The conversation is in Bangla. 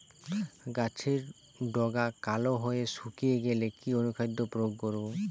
গাছের ডগা কালো হয়ে শুকিয়ে গেলে কি অনুখাদ্য প্রয়োগ করব?